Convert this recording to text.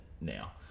now